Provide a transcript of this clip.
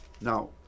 Now